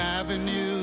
avenue